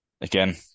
again